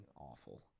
awful